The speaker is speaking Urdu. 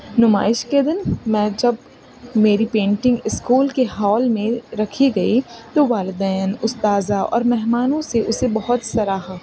نمائش کے دن میں جب میری پینٹنگ اسکول کے ہال میں رکھی گئی تو والدین اساتذہ اور مہمانوں سے اسے بہت سراہا